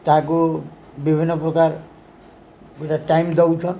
ତାହାକୁ ବିଭିନ୍ନ ପ୍ରକାର ଗୋଟେ ଟାଇମ୍ ଦଉଛନ୍